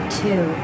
two